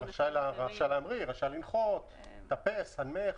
"רשאי להמריא", "רשאי לנחות", "טפס", "הנמך".